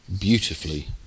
beautifully